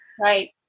Right